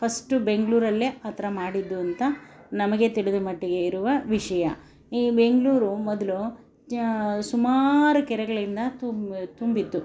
first ಬೆಂಗಳೂರಲ್ಲೇ ಆ ಥರ ಮಾಡಿದ್ದು ಅಂತ ನಮಗೆ ತಿಳಿದಮಟ್ಟಿಗೆ ಇರುವ ವಿಷಯ ಈ ಬೆಂಗಳೂರು ಮೊದಲು ಸುಮಾರು ಕೆರೆಗಳಿಂದ ತುಂಬ ತುಂಬಿತ್ತು